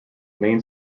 main